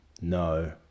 No